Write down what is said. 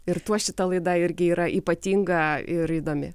ir tuo šita laida irgi yra ypatinga ir įdomi